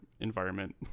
environment